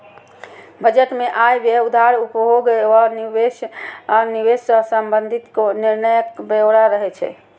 budget मे आय, व्यय, उधार, उपभोग आ निवेश सं संबंधित निर्णयक ब्यौरा रहै छै